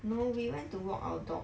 no we went to walk our dog